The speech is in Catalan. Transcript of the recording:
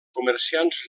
comerciants